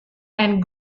and